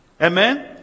Amen